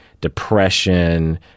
depression